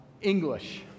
English